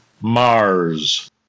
Mars